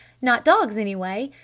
not dogs, anyway!